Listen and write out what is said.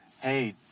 hey